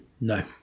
No